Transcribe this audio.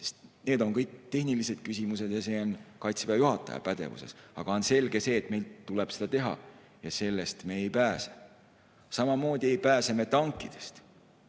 Need on tehnilised küsimused ja Kaitseväe juhataja pädevuses. Aga on selge, et meil tuleb seda teha ja sellest me ei pääse. Samamoodi ei pääse me tankidest.